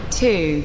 two